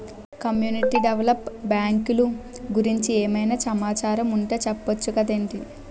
community develop బ్యాంకులు గురించి ఏమైనా సమాచారం ఉంటె చెప్పొచ్చు కదేటి